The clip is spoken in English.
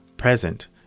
present